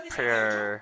prayer